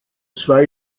zwei